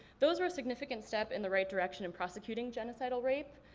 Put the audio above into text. those were a significant step in the right direction in prosecuting genocidal rape.